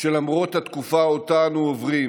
שלמרות התקופה שאותה אנו עוברים